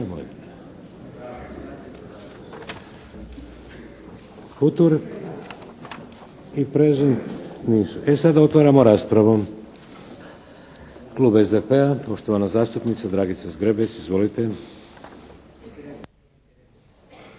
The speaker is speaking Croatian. Futur i prezent nisu. E sad otvaramo raspravu. Klub SDP-a, poštovana zastupnica Dragica Zgrebec. Izvolite.